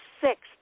sixth